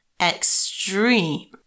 Extreme